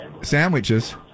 sandwiches